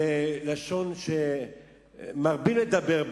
זה לשון שמרבים לדבר בו.